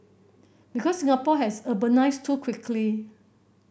because Singapore has urbanised too quickly